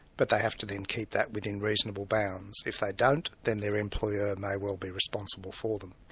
but they have to then keep that within reasonable bounds. if they don't, then their employer may well be responsible for them.